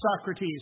Socrates